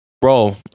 Bro